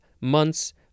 months